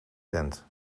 tent